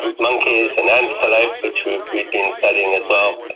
um monkeys and antelope, which we had been studying as well,